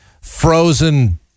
frozen